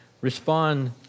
respond